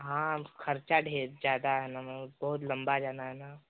हाँ खर्चा भी है ज़्यादा है ना बहुत लंबा जाना है ना